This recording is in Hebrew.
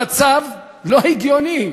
המצב לא הגיוני,